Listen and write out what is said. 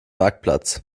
marktplatz